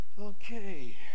Okay